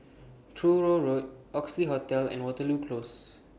Truro Road Oxley Hotel and Waterloo Close